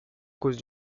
cause